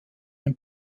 dem